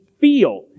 feel